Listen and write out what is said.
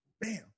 Bam